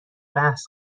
بحث